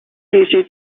easy